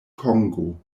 kongo